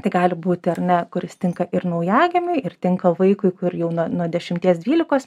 tai gali būti ar ne kuris tinka ir naujagimiui ir tinka vaikui kur jau na nuo dešimties dvylikos